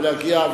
ולהגיע,